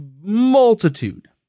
multitude